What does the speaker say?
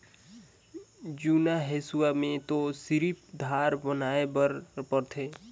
जुन्ना हेसुआ में तो सिरिफ धार बनाए बर परथे